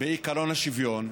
בעקרון השוויון,